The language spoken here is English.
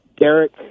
Derek